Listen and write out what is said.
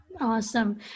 Awesome